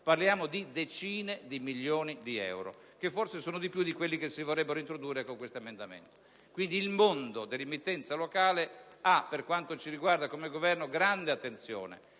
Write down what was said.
Parliamo di decine di milioni di euro, che forse sono di più di quelli che si vorrebbero introdurre con questo emendamento. Quindi il mondo dall'emittenza locale riceve una grande attenzione